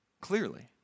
Clearly